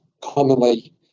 commonly